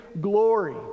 glory